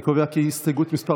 אני קובע כי הסתייגות מס'